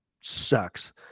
sucks